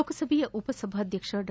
ಲೋಕಸಭಾ ಉಪಸಭಾಧ್ಯಕ್ಷ ಡಾ